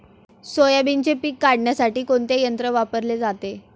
सोयाबीनचे पीक काढण्यासाठी कोणते यंत्र वापरले जाते?